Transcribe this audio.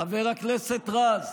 חבר הכנסת רז,